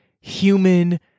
human